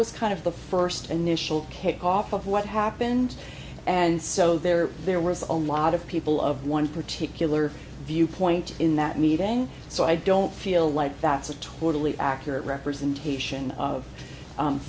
was kind of the first initial kickoff of what happened and so there there was on lot of people of one particular viewpoint in that meeting so i don't feel like that's a totally accurate representation of